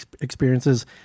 experiences